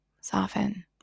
soften